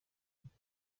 kujya